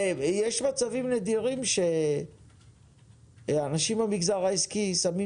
יש מצבים נדירים שאנשים במגזר העסקי שמים